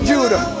Judah